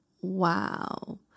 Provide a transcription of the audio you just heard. Wow